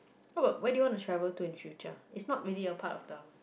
how about why did you want to travel to in future it's not really a part of the